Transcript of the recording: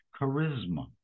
charisma